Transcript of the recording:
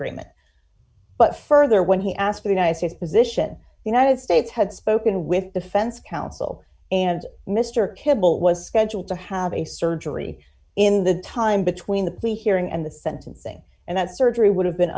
agreement but further when he asked for the united states position united states had spoken with defense counsel and mr kimball was scheduled to have a surgery in the time between the plea hearing and the sentencing and that surgery would have been